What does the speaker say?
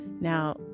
Now